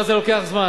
אני מכיר את זה מצוין.